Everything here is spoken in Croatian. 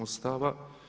Ustava.